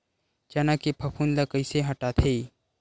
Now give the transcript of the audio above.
चना के फफूंद ल कइसे हटाथे?